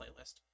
playlist